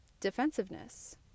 defensiveness